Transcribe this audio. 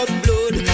blood